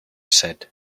said